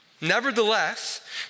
Nevertheless